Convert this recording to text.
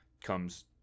comes